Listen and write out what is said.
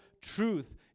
Truth